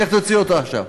ולך תוציא אותו עכשיו.